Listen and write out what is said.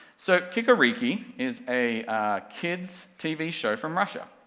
so, kikoriki is a kids tv show from russia,